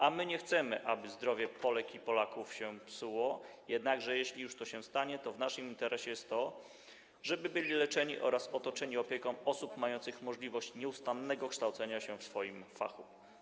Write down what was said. A my nie chcemy, aby zdrowie Polek i Polaków się psuło, jednakże jeśli już to się stanie, to w naszym interesie jest to, żeby byli leczeni oraz otoczeni opieką osób mających możliwość nieustannego kształcenia się w swoim fachu.